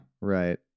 Right